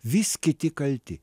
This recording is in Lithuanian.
vis kiti kalti